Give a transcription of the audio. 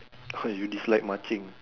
oh you dislike marching